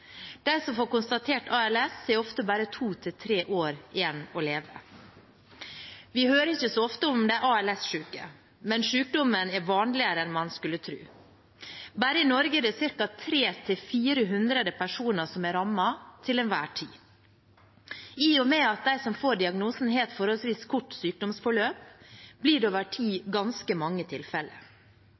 De som får konstatert ALS, har ofte bare to–tre år igjen å leve. Vi hører ikke så ofte om de ALS-syke, men sykdommen er vanligere enn man skulle tro. Bare i Norge er det ca. 300–400 personer som er rammet, til enhver tid. I og med at de som får diagnosen, har et forholdsvis kort sykdomsforløp, blir det over tid ganske mange tilfeller.